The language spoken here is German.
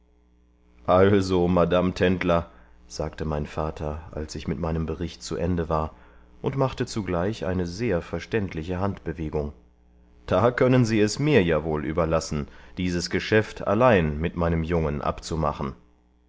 also madame tendler sagte mein vater als ich mit meinem bericht zu ende war und machte zugleich eine sehr verständliche handbewegung da könnten sie es mir ja wohl überlassen dieses geschäft allein mit meinem jungen abzumachen